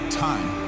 time